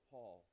Paul